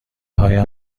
هایم